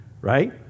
right